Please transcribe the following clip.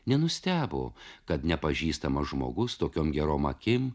nenustebo kad nepažįstamas žmogus tokiom gerom akim